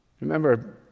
Remember